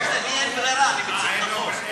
מה אתה רוצה, לי אין ברירה, אני מציג את החוק.